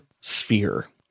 sphere